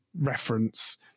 reference